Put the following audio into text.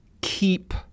keep